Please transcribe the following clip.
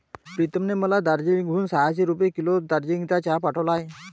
प्रीतमने मला दार्जिलिंग हून सहाशे रुपये किलो दार्जिलिंगचा चहा पाठवला आहे